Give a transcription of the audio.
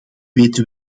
weten